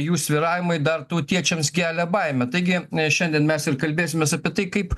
jų svyravimai dar tautiečiams kelia baimę taigi šiandien mes ir kalbėsimės apie tai kaip